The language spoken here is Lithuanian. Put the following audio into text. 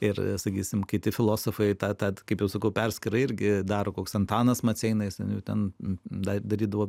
ir sakysim kiti filosofai tą tą kaip jau sakau perskyrą irgi daro koks antanas maceina jis ten jau ten dar darydavo